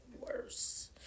worse